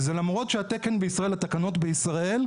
וזה למרות שהתקנות בישראל,